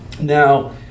Now